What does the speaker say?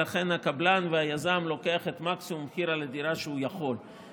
ולכן הקבלן והיזם לוקח מקסימום מחיר שהוא יכול על הדירה.